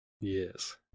Yes